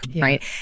right